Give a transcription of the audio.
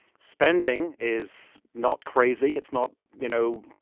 spending is not crazy. it's not, you know,